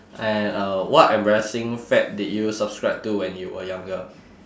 and uh what embarrassing fad did you subscribe to when you were younger